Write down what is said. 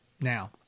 Now